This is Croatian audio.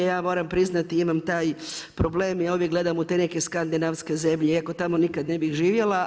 Ja moram priznati imam taj problem, ja uvijek gledam u te neke skandinavske zemlje iako tamo nikad ne bih živjela.